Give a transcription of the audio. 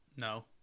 No